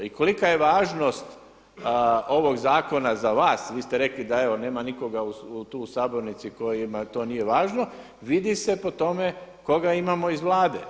I kolika je važnost ovoga zakona za vas, vi ste rekli da evo nema nikoga tu u sabornici kojima to nije važno vidi se po tome koga imamo iz Vlade.